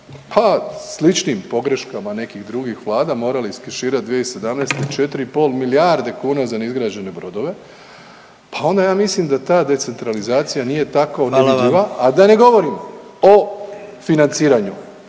pa sličnim pogreškama nekih drugih vlada morali iskeširati 2017. 4,5 milijarde kuna za neizgrađene brodove, pa onda ja mislim da ta decentralizacija nije tako nevidljiva, .../Upadica: Hvala